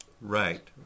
Right